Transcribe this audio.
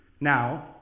now